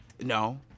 no